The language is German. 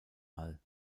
all